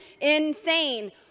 insane